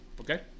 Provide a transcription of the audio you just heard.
Okay